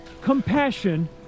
Compassion